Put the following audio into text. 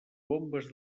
bombes